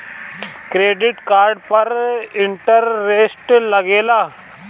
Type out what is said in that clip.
Credit card पर interest लागेला?